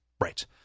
Right